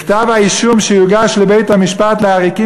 בכתב-האישום שיוגש לבית-המשפט לעריקים